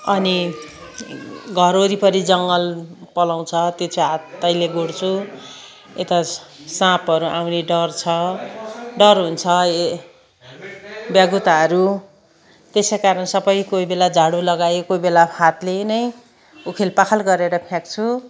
अनि घर वरिपरि जङ्गल पलाउँछ त्यो चाहिँ हातैले गोड्छु यता साँपहरू आउने डर छ डर हुन्छ ए भ्यागुताहरू त्यसै कारण सबै कोही बेला झाडु लगायो कोही बेला हातले नै उखेलपाखेल गरेर फ्याँक्छु